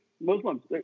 Muslims